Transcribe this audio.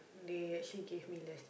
they actually gave me less